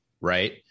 right